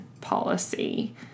policy